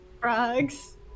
Frogs